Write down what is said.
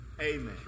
Amen